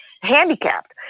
handicapped